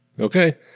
Okay